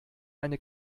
eine